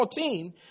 14